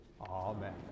Amen